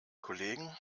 kollegen